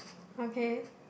okay